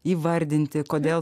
įvardinti kodėl